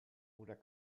oder